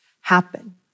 happen